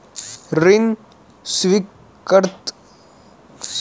ऋण स्वीकृत होने में कितना समय लगेगा?